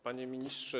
Panie Ministrze!